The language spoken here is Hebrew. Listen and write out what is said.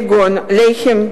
כגון לחם,